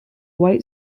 white